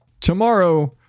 Tomorrow